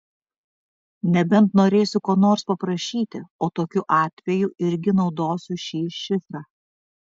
nebent norėsiu ko nors paprašyti o tokiu atveju irgi naudosiu šį šifrą